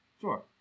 Sure